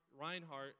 Reinhardt